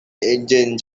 engines